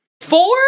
Four